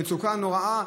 כי המצוקה נוראה,